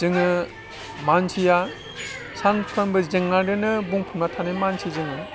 जोङो मानसिया सानफ्रामबो जेंनादोनो बुंफबनानै थानाय मानसि जोङो